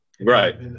Right